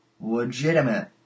legitimate